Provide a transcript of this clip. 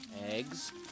eggs